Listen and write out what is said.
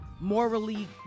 morally